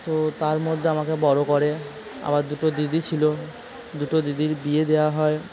তো তার মধ্যে আমাকে বড় করে আমার দুটো দিদি ছিল দুটো দিদির বিয়ে দেওয়া হয়